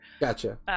Gotcha